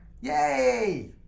Yay